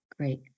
Great